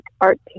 art